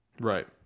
Right